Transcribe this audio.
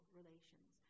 relations